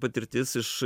patirtis iš